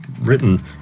written